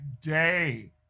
day